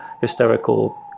historical